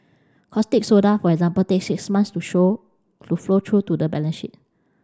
caustic soda for example takes six months to show to flow through to the balance sheet